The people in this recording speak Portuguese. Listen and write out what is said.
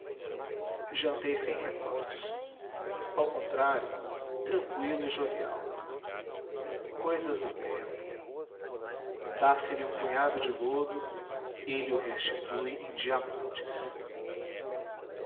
jantei sem remorsos ao contrário tranqüilo e jovial cousas do tempo dáse lhe um punhado de lodo ele o restitui em diamantes